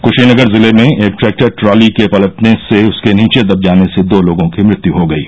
कृशीनगर जिले में एक ट्रैक्टर ट्रॉली के पटलने से उसके नीचे दब जाने से दो लोगों की मृत्यु हो गयी